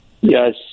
Yes